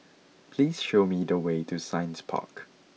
please show me the way to Science Park